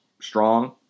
strong